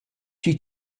chi